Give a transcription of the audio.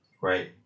Right